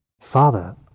Father